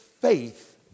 faith